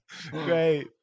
great